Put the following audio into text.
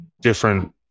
different